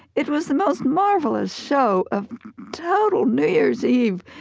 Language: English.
it was the most marvelous show of total new year's eve,